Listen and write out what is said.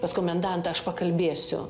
pas komendantą aš pakalbėsiu